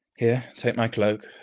here, take my cloak.